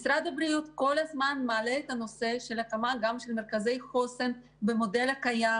משרד הבריאות מעלה כל הזמן את הנושא של הקמת מרכזי חוסן במודל הקיים